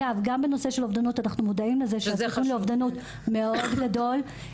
אנחנו מודעים לזה שזה נתון מאוד גבוה,